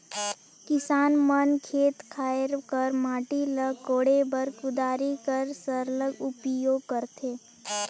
किसान मन खेत खाएर कर माटी ल कोड़े बर कुदारी कर सरलग उपियोग करथे